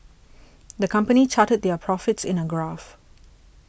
the company charted their profits in a graph